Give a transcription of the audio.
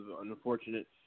unfortunate